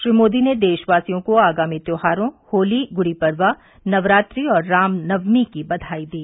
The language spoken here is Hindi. श्री मोदी ने देशवासियों को आगामी त्यौहारों होली गुड़ी पड़वा नवरात्रि और रामनवमी की बधाई दी